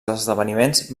esdeveniments